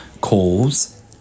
calls